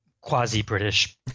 quasi-British